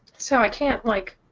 so i can't, like,